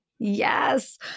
Yes